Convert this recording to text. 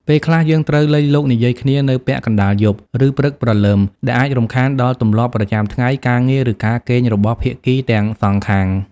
ពេលខ្លះ យើងត្រូវលៃលកនិយាយគ្នានៅពាក់កណ្តាលយប់ ឬព្រឹកព្រលឹម ដែលអាចរំខានដល់ទម្លាប់ប្រចាំថ្ងៃ ការងារ ឬការគេងរបស់ភាគីទាំងសងខាង។